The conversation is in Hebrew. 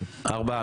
ארבעה.